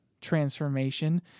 transformation